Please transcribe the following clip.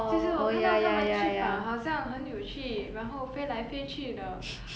就是我看到他们翅膀好像很有趣然后飞来飞去的